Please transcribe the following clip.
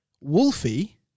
Wolfie